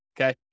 okay